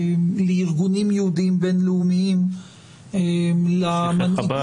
לארגונים יהודיים בין-לאומיים -- שליחי חב"ד.